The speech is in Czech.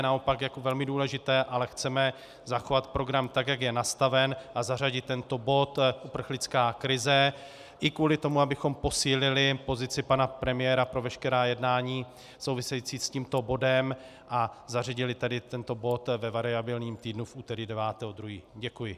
Naopak, jako velmi důležité, ale chceme zachovat program, jak je nastaven, a zařadit tento bod uprchlická krize i kvůli tomu, abychom posílili pozici pana premiéra pro veškerá jednání související s tímto bodem, a zařadili tedy tento bod ve variabilním týdnu v úterý 9. 2. Děkuji.